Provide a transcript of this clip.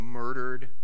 murdered